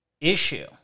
issue